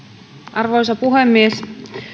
arvoisa puhemies